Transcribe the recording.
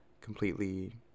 completely